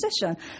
position